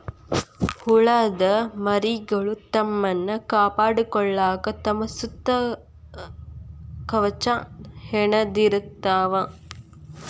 ಹುಳದ ಮರಿಗಳು ತಮ್ಮನ್ನ ಕಾಪಾಡಕೊಳಾಕ ತಮ್ಮ ಸುತ್ತ ಕವಚಾ ಹೆಣದಿರತಾವ